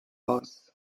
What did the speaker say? aus